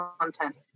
content